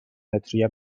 متری